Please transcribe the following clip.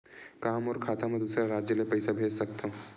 का मोर खाता म दूसरा राज्य ले पईसा भेज सकथव?